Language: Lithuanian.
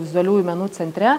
vizualiųjų menų centre